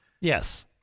Yes